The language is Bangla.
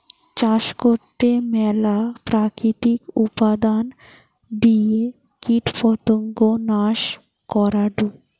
চাষ করতে ম্যালা প্রাকৃতিক উপাদান দিয়ে কীটপতঙ্গ নাশ করাঢু